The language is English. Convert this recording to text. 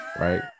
right